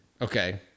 Okay